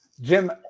Jim